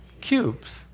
Cubes